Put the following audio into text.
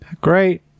great